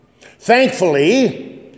Thankfully